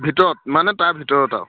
ভিতৰত মানে তাৰ ভিতৰত আৰু